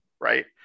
right